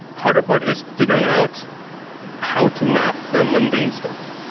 harder part is figuring out how to map the mundane stuff,